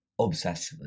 obsessively